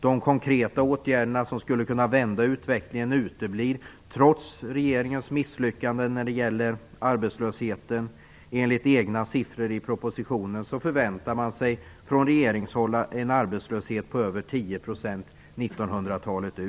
De konkreta åtgärder som skulle kunna vända utvecklingen uteblir, trots regeringens misslyckande när det gäller arbetslösheten. Enligt de egna siffrorna i propositionen förväntar man sig från regeringshåll en arbetslöshet på över 10 % till 1900-talets slut.